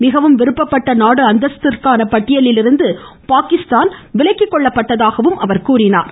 மிகவும் விருப்பப்பட்ட நாடு அந்தஸ்திற்கான பட்டியலிலிருந்து பாகிஸ்தான் விலக்கி கொள்ளப்பட்டதாகவும் அவர் தெரிவித்தார்